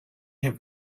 have